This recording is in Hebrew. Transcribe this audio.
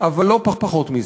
אבל לא פחות מזה,